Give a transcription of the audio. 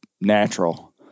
natural